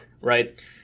right